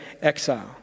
exile